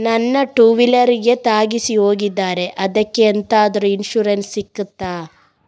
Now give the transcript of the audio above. ನನ್ನ ಟೂವೀಲರ್ ಗೆ ತಾಗಿಸಿ ಹೋಗಿದ್ದಾರೆ ಅದ್ಕೆ ಎಂತಾದ್ರು ಇನ್ಸೂರೆನ್ಸ್ ಸಿಗ್ತದ?